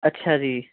ਅੱਛਾ ਜੀ